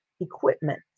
equipment